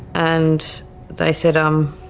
and they said um,